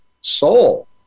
soul